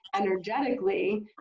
energetically